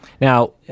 Now